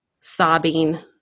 sobbing